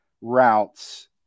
routes